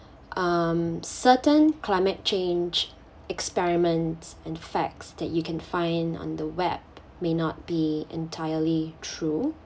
um certain climate change experiments and facts that you can find on the web may not be entirely true